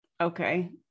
Okay